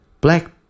Black